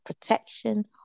protection